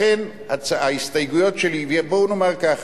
לכן, ההסתייגויות שלי, בואו נאמר ככה: